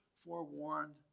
forewarned